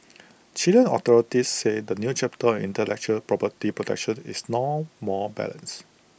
Chilean authorities say the new chapter intellectual property protection is now more balanced